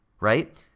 right